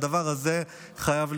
הדבר הזה חייב להיפסק.